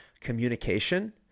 communication